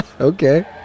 Okay